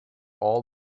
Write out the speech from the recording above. all